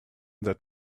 that